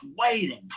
waiting